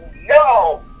no